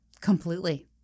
Completely